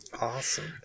awesome